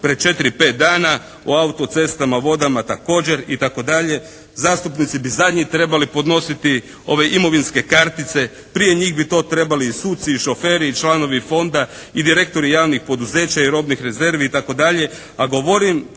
pred 4,5 dana. O auto cestama, vodama također i tako dalje. Zastupnici bi zadnji trebali podnositi ove imovinske kartice. Prije njih bi to trebali i suci i šoferi i članovi Fonda i direktori javnih poduzeća i robnih rezervi i